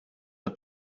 het